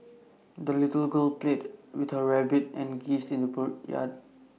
the little girl played with her rabbit and geese in the yard